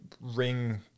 ring